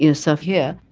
you know stuff here.